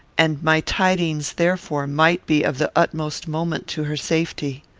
and my tidings, therefore, might be of the utmost moment to her safety.